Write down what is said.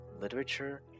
literature